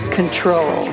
control